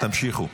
תמשיכו.